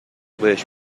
بهش